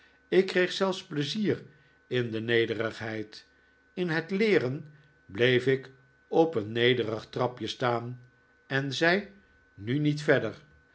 ik kreeg zelfs pleizier in de nederigheid in het leeren bleef ik op een nederig trapje staan en zei nu niet verder